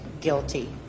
guilty